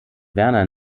werner